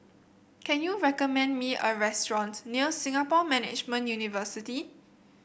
can you recommend me a restaurants near Singapore Management University